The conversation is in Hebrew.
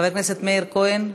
חבר הכנסת מאיר כהן,